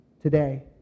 today